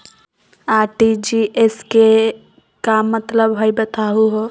RTGS के का मतलब हई, बताहु हो?